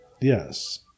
Yes